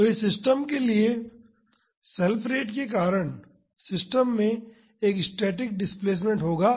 तो इस सिस्टम के लिए सेल्फ रेट के कारण सिस्टम में एक स्टैटिक डिस्प्लेसमेंट होगा